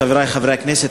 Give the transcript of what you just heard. חברי חברי הכנסת,